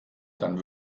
dann